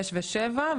שש ושבע,